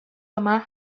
ama